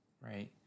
right